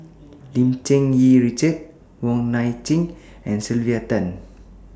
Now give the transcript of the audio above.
Lim Cherng Yih Richard Wong Nai Chin and Sylvia Tan